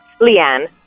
Leanne